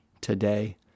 today